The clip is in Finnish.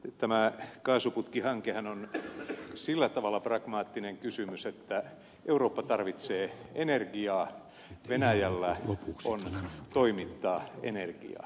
tämä kaasuputkihankehan on sillä tavalla pragmaattinen kysymys että eurooppa tarvitsee energiaa venäjällä on toimittaa energiaa